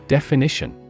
Definition